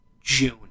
June